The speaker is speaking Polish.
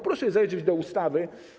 Proszę zajrzeć do ustawy.